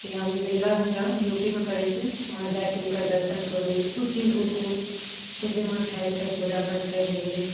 कि हम वृन्दावन जाउ यू पीमे पड़ैछे वहाँ जाएके हुनकर दर्शन करु किछु दिन रुकु किछु दिन वहाँ ठहरके पूजा पाठ कए लिअ ऽ